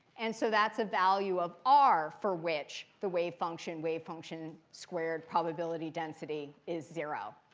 and so that's a value of r for which the wave function, wave function squared probability density is zero.